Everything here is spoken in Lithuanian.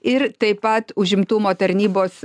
ir taip pat užimtumo tarnybos